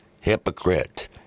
Hypocrite